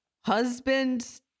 husband